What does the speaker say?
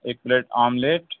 ایک plate omelette